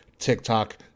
TikTok